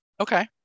Okay